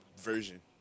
version